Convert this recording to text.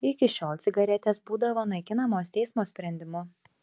iki šiol cigaretės būdavo naikinamos teismo sprendimu